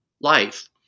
life